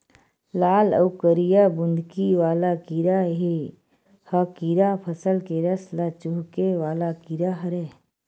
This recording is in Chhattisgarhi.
लाल अउ करिया बुंदकी वाला कीरा ए ह कीरा फसल के रस ल चूंहके वाला कीरा हरय